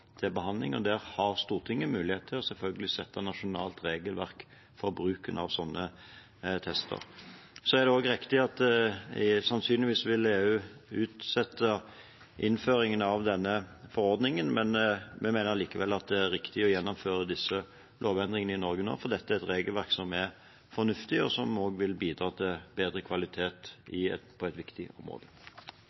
til behandling. Der har Stortinget selvfølgelig mulighet til å fastsette et nasjonalt regelverk for bruken av sånne tester. Det er også riktig at EU sannsynligvis vil utsette innføringen av denne forordningen, men vi mener likevel at det er riktig å gjennomføre disse lovendringene i Norge nå, for dette er et regelverk som er fornuftig, og som også vil bidra til bedre kvalitet på et viktig område.